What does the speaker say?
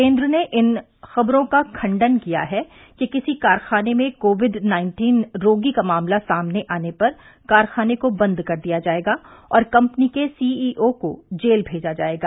केन्द्र ने इन खबरों का खंडन किया है कि किसी कारखाने में कोविड नाइन्टीन रोगी का मामला सामने आने पर कारखाने को बंद कर दिया जायेगा और कम्पनी के सीईओ को जेल भेजा जायेगा